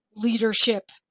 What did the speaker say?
leadership